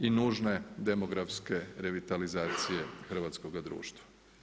i nužne demografske revitalizacije hrvatskoga društva.